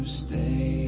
stay